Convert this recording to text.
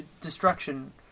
destruction